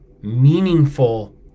meaningful